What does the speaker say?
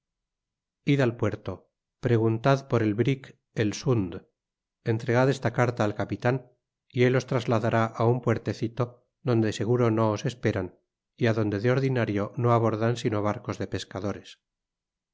id al puerto preguntad por el brik el sund entregad esta carta al capitan y él os trasladará á un puertecito donde de seguro no os esperan y á donde de ordinario no abordan sino barcos de pescadores